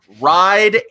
ride